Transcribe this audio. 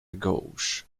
gauche